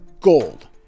gold